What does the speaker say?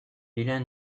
vilain